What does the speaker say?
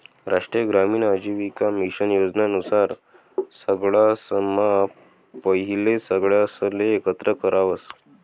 राष्ट्रीय ग्रामीण आजीविका मिशन योजना नुसार सगळासम्हा पहिले सगळासले एकत्र करावस